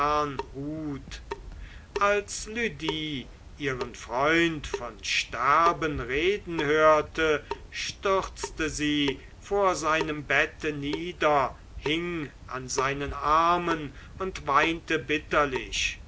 als lydie ihren freund von sterben reden hörte stürzte sie vor seinem bette nieder hing an seinen armen und weinte bitterlich